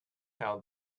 how